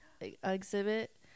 exhibit